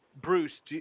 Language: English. Bruce